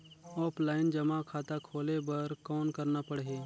Offline जमा खाता खोले बर कौन करना पड़ही?